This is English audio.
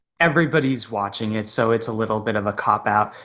everybody's watching it. so it's a little bit of a cop out,